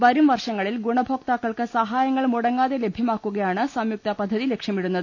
വരും വർഷങ്ങളിൽ ഗുണഭോക്താക്കൾക്ക് സഹായങ്ങൾ മുടങ്ങാ തെ ലഭ്യമാക്കുകയാണ് സംയുക്ത പദ്ധതി ലക്ഷ്യമിടുന്നത്